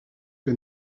que